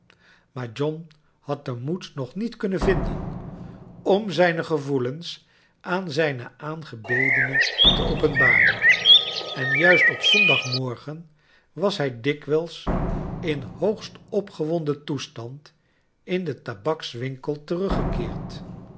maar john had den moed nog niet kunnen vinden om zijne gevoelens aan zijne aangebedene te openbaren en juist op zondagmorgen was hij dikwijls in hoogst opge won den toestand in den tabakswinkel teruggekeerd